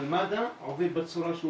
אבל מד"א עובד בצורה,